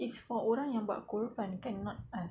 is for orang yang buat korban kan not us